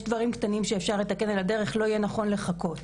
דברים קטנים שאפשר לתקן על הדרך זה לא יהיה נכון לחכות.